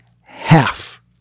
half